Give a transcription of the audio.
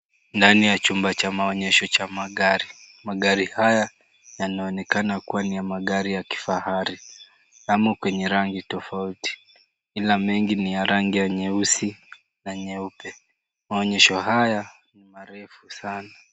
Ndani ya chumba cha maonyesho cha magari. Magari haya yanaonekana kuwa ni ya magari ya kifahari. Yamo kwenye rangi tofauti ila mengi ni ya rangi ya nyeusi na nyeupe. Maonyesho haya ni marefu sana.